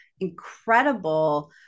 incredible